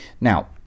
Now